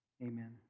Amen